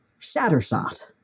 Shattershot